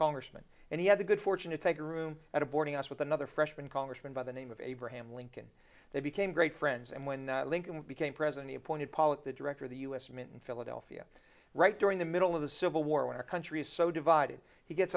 congressman and he had the good fortune to take a room at a boarding house with another freshman congressman by the name of abraham lincoln they became great friends and when lincoln became president he appointed pollack the director of the u s mint in philadelphia right during the middle of the civil war when our country is so divided he gets